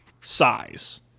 size